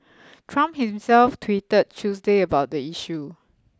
Trump himself tweeted Tuesday about the issue